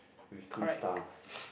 with two stars